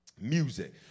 Music